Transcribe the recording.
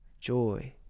joy